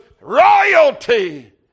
royalty